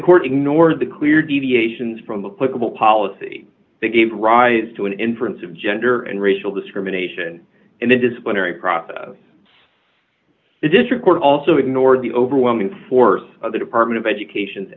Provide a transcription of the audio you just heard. according nor the clear deviations from the political policy that gave rise to an inference of gender and racial discrimination in the disciplinary process the district court also ignored the overwhelming force of the department of education